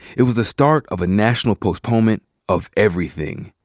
it was a start of a national postponement of everything.